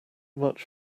much